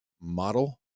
model